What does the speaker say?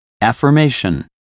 Affirmation